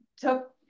took